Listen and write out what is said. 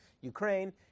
Ukraine